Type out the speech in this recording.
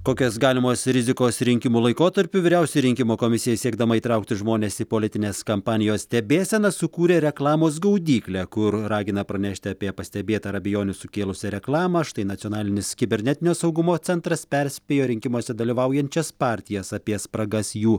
kokios galimos rizikos rinkimų laikotarpiu vyriausioji rinkimų komisija siekdama įtraukti žmones į politinės kampanijos stebėseną sukūrė reklamos gaudyklę kur ragina pranešti apie pastebėtą ar abejonių sukėlusią reklamą štai nacionalinis kibernetinio saugumo centras perspėjo rinkimuose dalyvaujančias partijas apie spragas jų